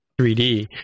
3D